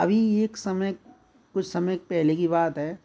अभी एक समय कुछ समय पहले की बात है